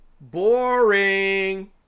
boring